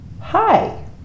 Hi